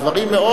הדברים מאוד,